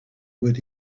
would